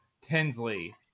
Tinsley